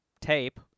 tape